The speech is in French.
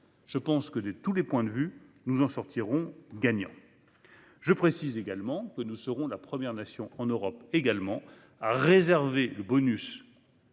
Je pense que, à tout point de vue, nous en sortirons gagnants. Je précise également que nous serons la première nation en Europe à réserver le bonus